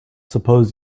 suppose